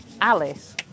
Alice